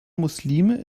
muslime